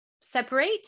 separate